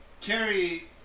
Carrie